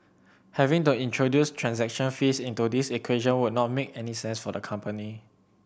having to introduce transaction fees into this equation would not make sense for the company